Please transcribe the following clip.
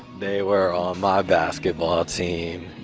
they were on my basketball team.